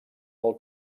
del